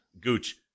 Gooch